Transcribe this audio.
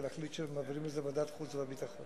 ולהחליט שמעבירים את ההצעות לוועדת החוץ והביטחון.